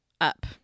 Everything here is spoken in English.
up